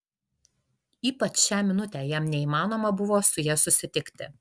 ypač šią minutę jam neįmanoma buvo su ja susitikti